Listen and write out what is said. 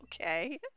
Okay